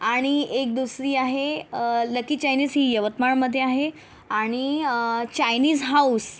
आणि एक दुसरी आहे लकी चायनीज ही यवतमाळमध्ये आहे आणि चायनीज हाउस